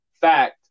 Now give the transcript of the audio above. fact